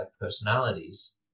personalities